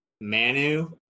Manu